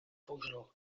functional